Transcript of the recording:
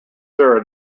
sara